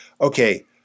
okay